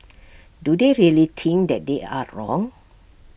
do they really think that they are wrong